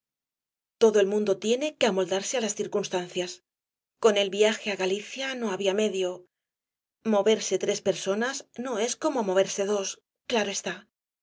todo el mundo tiene que amoldarse á las circunstancias con el viaje á galicia no había medio moverse tres personas no es como moverse dos claro está la